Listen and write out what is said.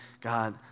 God